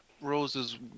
Rose's